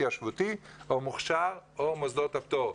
התיישבותי או מוכש"ר או מוסדות הפטור.